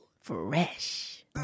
Fresh